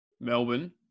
Melbourne